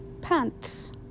pants